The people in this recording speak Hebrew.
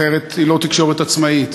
אחרת היא לא תקשורת עצמאית.